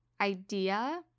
idea